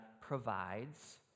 provides